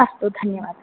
अस्तु धन्यवादः